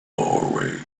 doorway